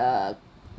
err